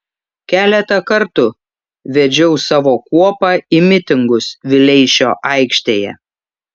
keletą kartų vedžiau savo kuopą į mitingus vileišio aikštėje